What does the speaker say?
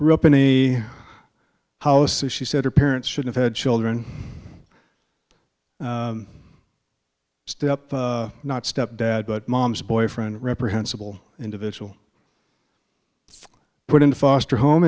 grew up in any house and she said her parents should have had children step not step dad but mom's boyfriend reprehensible individual put in a foster home